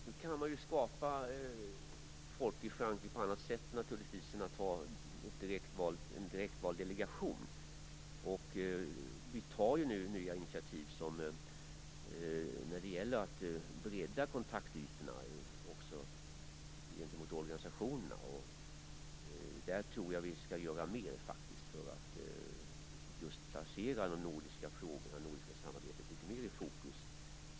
Fru talman! Man kan skapa folklig förankring på annat sätt än genom att ha en direktvald delegation. Vi tar ju nu nya initiativ för att bredda kontaktytorna också gentemot organisationerna. Där behövs det göras mer för att placera de nordiska frågorna och det nordiska samarbetet litet mer i fokus.